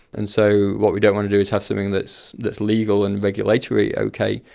and so what we don't want to do is have something that's that's legal and regulatory, okay,